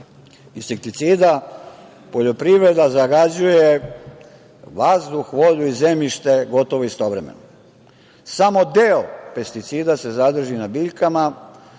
insekticida poljoprivreda zagađuje vazduh, vodu i zemljište gotovo istovremeno. Samo deo pesticida se zadrži na biljkama,